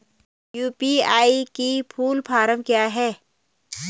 UPI की full form क्या है?